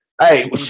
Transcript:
Hey